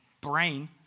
brain